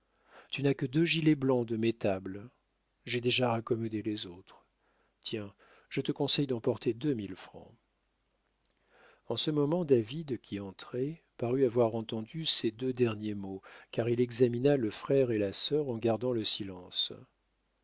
tu n'as que deux gilets blancs de mettables j'ai déjà raccommodé les autres tiens je te conseille d'emporter deux mille francs en ce moment david qui entrait parut avoir entendu ces deux derniers mots car il examina le frère et la sœur en gardant le silence